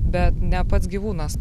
bet ne pats gyvūnas